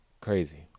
Crazy